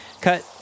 Cut